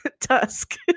*Tusk*